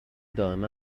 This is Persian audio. دائما